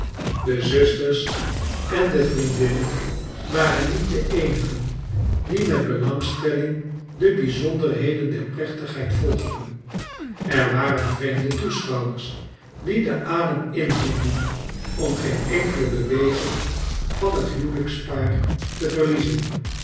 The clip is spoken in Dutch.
de zusters en de vriendinnen waren niet de eenigen die met belangstelling de bizonderheden der plechtigheid volgden er waren vreemde toeschouwsters die den adem inhielden om geen enkele beweging van het huwelijkspaar te verliezen